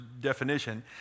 definition